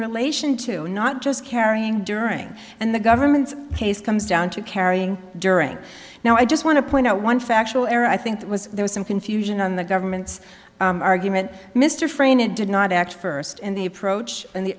relation to not just carrying during and the government's case comes down to carrying during now i just want to point out one factual error i think that was there was some confusion on the government's argument mr frayne it did not act first in the approach and